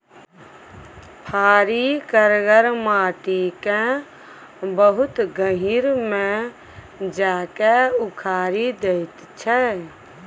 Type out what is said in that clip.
फारी करगर माटि केँ बहुत गहींर मे जा कए उखारि दैत छै